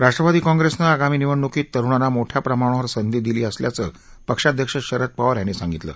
राष्ट्रवादी काँप्रेसने आगामी निवडणुकीत तरूणांना मोठ्या प्रमाणावर संधी दिली असल्याचं पक्षाध्यक्ष शरद पवार यांनी सांगितलं